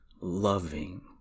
loving